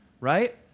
right